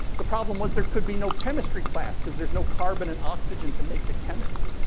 the problem was there could be no chemistry class because there's no carbon and oxygen to make the chemist.